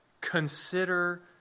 consider